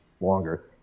longer